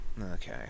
okay